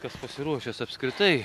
kas pasiruošęs apskritai